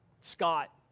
Scott